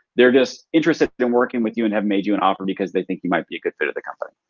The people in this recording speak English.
they're just interested in working with you and have made you an offer because they think you might be a good fit at the company.